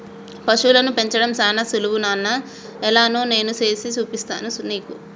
పశువులను పెంచడం సానా సులువు నాన్న ఎలానో నేను సేసి చూపిస్తాగా నీకు